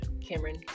cameron